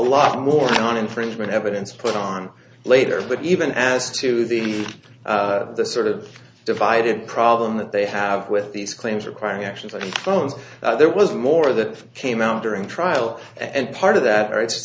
lot more time on infringement evidence put on later but even as to the the sort of divided problem that they have with these claims requiring actions like phones there was more that came out during trial and part of that